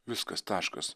viskas taškas